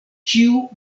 ĉiu